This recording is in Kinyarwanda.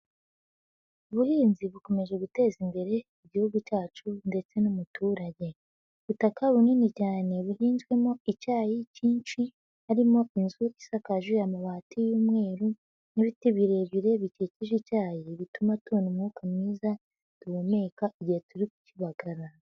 Ubuhinzi bukomeje guteza imbere igihugu cyacu ndetse n'umuturage. Ubutaka bunini cyane buhinzwemo icyayi kinshi harimo inzu isakaje amabati y'umweru n'ibiti birebire bikikije icyayi, bituma tubona umwuka mwiza duhumeka, igihe turi kukibagara.